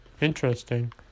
Interesting